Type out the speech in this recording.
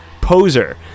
poser